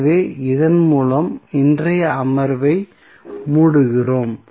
எனவே இதன் மூலம் இன்றைய அமர்வை முடிக்கிறோம்